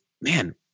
man